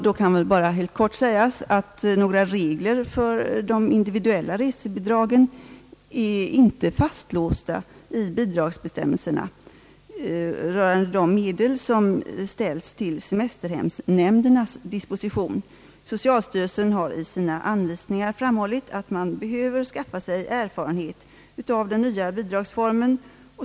Då kan helt kort sägas att några regler för de individuella resebidragen inte är fastlåsta i bidragsbestämmelserna rörande de medel som ställts till semesterhemsnämndernas disposition. Socialstyrelsen har i sina anvisningar framhållit att man behöver skaffa sig erfarenhet av den nya bidragsformen.